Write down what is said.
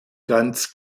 ganz